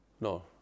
No